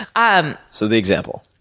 um so, the example.